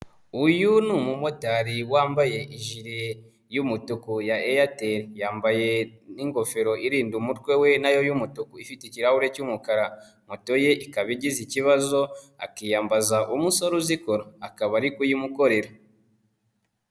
Uyu ni umumotari wambaye jile y'umutuku ya Airtel, yambaye n'ingofero irinda umutwe we nayo y'umutuku ifite ikirahure cy'umukara, moto ye ikaba igize ikibazo akiyambaza umusore uzikora akaba ari kuyimukorera.